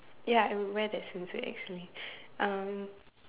ya I would wear that swimsuit actually um